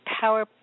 power